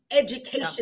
education